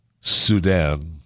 Sudan